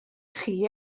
chi